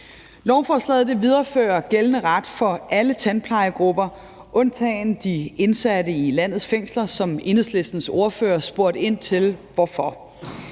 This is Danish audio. Lovforslaget viderefører gældende ret for alle tandplejegrupper, undtagen de indsatte i landets fængsler, og Enhedslistens ordfører spurgte ind til hvorfor.